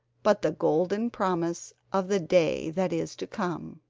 but the golden promise of the day that is to come.